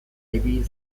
ibili